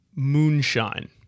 moonshine